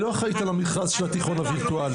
היא לא אחראית על המכרז של התיכון הווירטואלי.